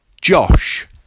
josh